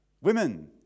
Women